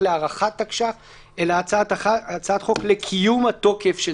להארכת תקש"ח אלא הצעת החוק לקיום התוקף של